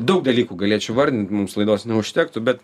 daug dalykų galėčiau vardint mums laidos neužtektų bet